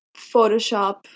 Photoshop